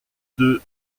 deux